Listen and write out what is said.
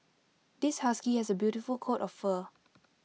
this husky has A beautiful coat of fur